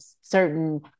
certain